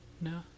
No